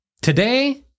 Today